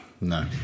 no